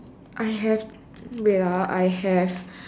I have wait ah I have